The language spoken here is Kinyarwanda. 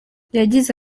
yagize